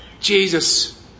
Jesus